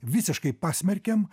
visiškai pasmerkėm